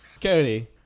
Cody